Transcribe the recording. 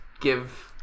give